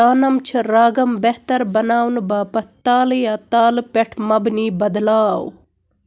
تَانَم چِھ راگَم بہتر بناونہٕ باپتھ تالہِ یا تالہٕ پٮ۪ٹھ مبنی بدلاو